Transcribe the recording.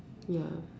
ya